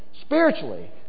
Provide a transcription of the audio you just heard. spiritually